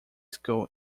school